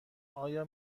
آیا